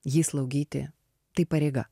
jį slaugyti tai pareiga